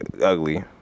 ugly